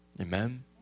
Amen